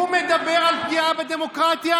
הוא מדבר על פגיעה בדמוקרטיה?